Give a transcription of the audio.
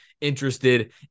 interested